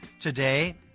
today